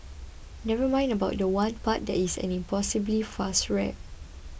never mind about the one part that is an impossibly fast rap